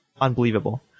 unbelievable